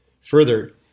Further